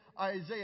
Isaiah